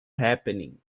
happening